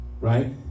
right